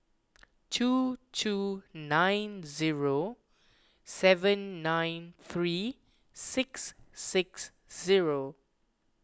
two two nine zero seven nine three six six zero